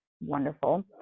wonderful